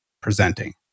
presenting